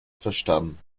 verstanden